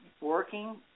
working